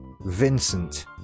Vincent